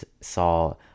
saw